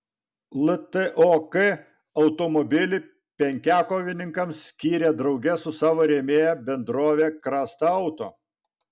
ltok automobilį penkiakovininkams skyrė drauge su savo rėmėja bendrove krasta auto